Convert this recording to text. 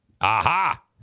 aha